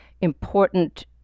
important